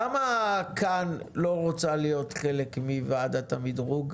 למה כאן לא רוצה להיות חלק מוועדת המדרוג,